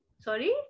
Sorry